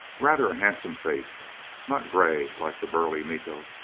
rather a handsome face not gray, like the burly miko,